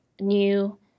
new